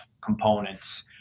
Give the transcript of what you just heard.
components